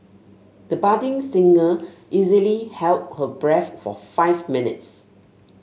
the budding singer easily held her breath for five minutes